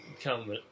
come